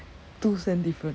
two cent different